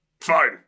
Fine